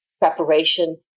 preparation